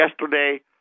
yesterday